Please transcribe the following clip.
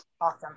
Awesome